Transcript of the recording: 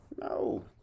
No